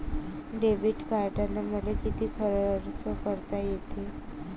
Debit कार्डानं मले किती खर्च करता येते?